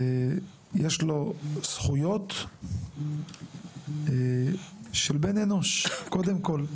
יש לו זכויות של בן אנוש, קודם כל.